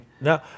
No